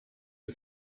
who